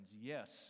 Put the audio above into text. Yes